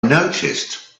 noticed